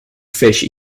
fish